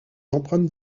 empreintes